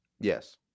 Yes